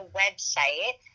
website